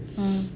mm